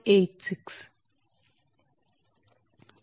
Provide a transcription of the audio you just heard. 1586